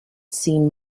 seem